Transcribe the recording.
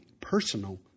personal